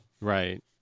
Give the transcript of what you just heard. Right